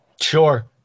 Sure